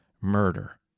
murder